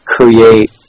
create